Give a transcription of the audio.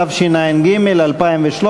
התשע"ג 2013,